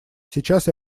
сейчас